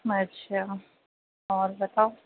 اچھا اور بتاؤ